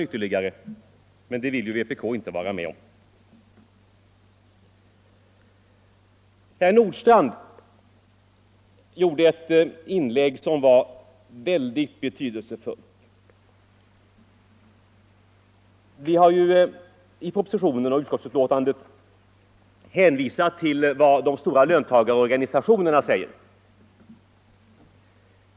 Herr Nordstrandh gjorde ett inlägg som verkligen var tänkvärt. Vi har i propositionen och i betänkandet hänvisat till vad de stora löntagarorganisationerna säger.